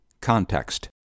context